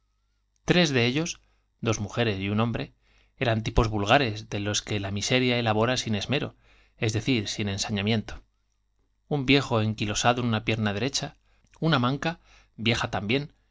tres de ellos dos mújeres y un hombre eran tipos vulgares de los que la miseria elabora sin esmero es decir sin ensañamiento un viejo enqui losado de la pierna derecha una manca vieja también